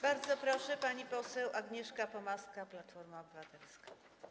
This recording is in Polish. Bardzo proszę, pani poseł Agnieszka Pomaska, Platforma Obywatelska.